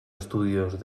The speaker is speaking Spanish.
estudios